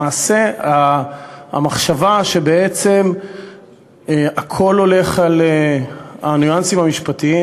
למעשה המחשבה שבעצם הכול הולך על הניואנסים המשפטיים.